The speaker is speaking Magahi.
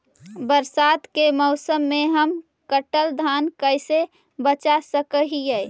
बरसात के मौसम में हम कटल धान कैसे बचा सक हिय?